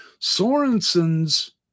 Sorensen's